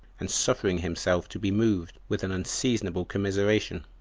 and suffering himself to be moved with an unseasonable commiseration,